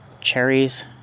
cherries